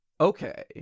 Okay